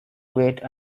wait